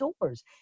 doors